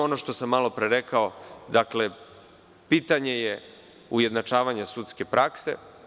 Ono što sam malopre rekao, dakle, pitanje je ujednačavanja sudske prakse.